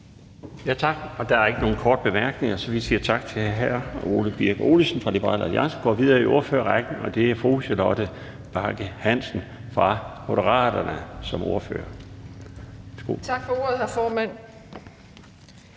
Tak. Der er ikke nogen korte bemærkninger, så vi siger tak til hr. Ole Birk Olesen fra Liberal Alliance og går videre i ordførerrækken. Det er nu fru Charlotte Bagge Hansen fra Moderaterne som ordfører. Værsgo.